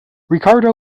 ricardo